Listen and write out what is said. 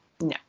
no